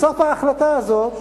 בסוף ההחלטה הזאת,